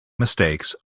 mistakes